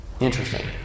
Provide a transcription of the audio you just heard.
interesting